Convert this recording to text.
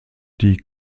die